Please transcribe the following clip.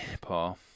Paul